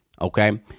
okay